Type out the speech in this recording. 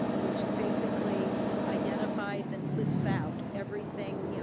which basically identifies and lists out everything. you know